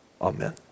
Amen